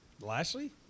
Lashley